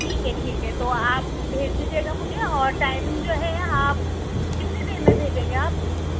ٹھیک ہے ٹھیک ہے تو آپ بھیج دیجئے گا مجھے اور ٹائمنگ جو ہے آپ کتنی دیر میں بھیجیں گے آپ